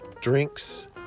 drinks